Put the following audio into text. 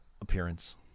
appearance